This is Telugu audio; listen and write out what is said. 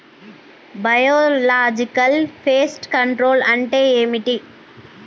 బయోలాజికల్ ఫెస్ట్ కంట్రోల్ అంటే ఏమిటి?